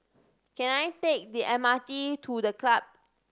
can I take the M R T to The Club